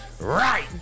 Right